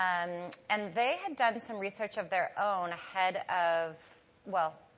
um and they had done some research of their own ahead of, well,